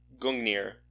Gungnir